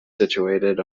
situated